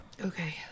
okay